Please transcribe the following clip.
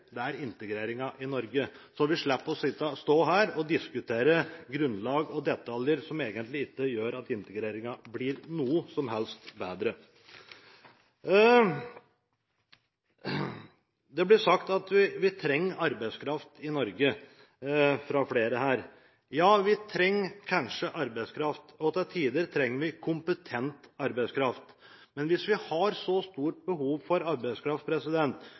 i Norge. Så ville vi slippe å stå her og diskutere grunnlag og detaljer som egentlig ikke gjør at integreringen blir noe som helst bedre. Det blir sagt fra flere her at vi trenger arbeidskraft i Norge. Ja, vi trenger kanskje arbeidskraft, og til tider trenger vi kompetent arbeidskraft. Men hvis vi har så stort behov for arbeidskraft,